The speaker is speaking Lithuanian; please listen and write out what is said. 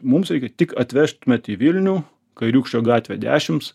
mums reikia tik atvežtumėt į vilnių kairiūkščio gatvė dešims